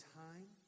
time